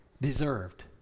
deserved